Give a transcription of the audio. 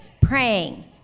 praying